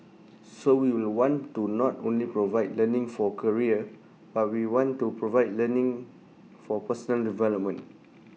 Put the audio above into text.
so we will want to not only provide learning for career but we want to provide learning for personal development